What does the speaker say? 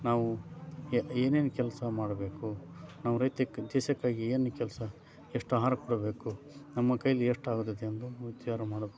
ನಾವು ಏನೇನು ಕೆಲಸ ಮಾಡಬೇಕು ನಾವು ರೈತ ದೇಶಕ್ಕಾಗಿ ಏನು ಕೆಲಸ ಎಷ್ಟು ಆಹಾರ ಕೊಡಬೇಕು ನಮ್ಮ ಕೈಯಲ್ಲಿ ಎಷ್ಟು ಆಗುತ್ತದೆ ಎಂದು ವಿಚಾರ ಮಾಡಬೇಕು